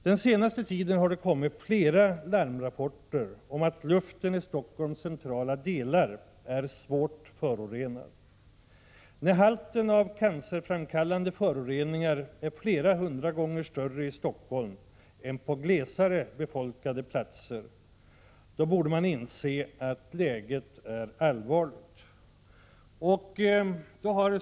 Den senaste tiden har det kommit flera larmrapporter om att luften i Stockholms centrala delar är svårt förorenad. När halten av cancerframkallande föroreningar är flera hundra gånger större i Stockholm än på mer glest befolkade platser, borde man inse att läget är allvarligt.